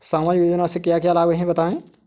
सामाजिक योजना से क्या क्या लाभ हैं बताएँ?